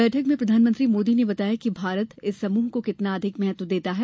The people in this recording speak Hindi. बैठक में प्रधानमंत्री मोदी ने बताया कि भारत इस समूह को कितना अधिक महत्व देता है